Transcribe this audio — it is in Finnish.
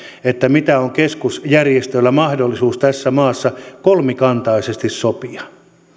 mitä on keskusjärjestöillä mahdollisuus tässä maassa kolmikantaisesti sopia